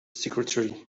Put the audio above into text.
secretary